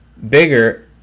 bigger